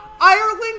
Ireland